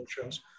shows